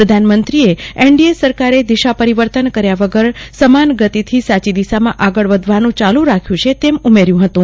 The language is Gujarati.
પ્રધાનમંત્રી એનડીએ સરકારે દિશા પરિવર્તન કર્યા વગર સમાન ગતિથી સાચી દિશામાં આગળ વધવાનું ચાલુ રાખ્યું છે તેમ ઉમેર્યુ હતું